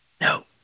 No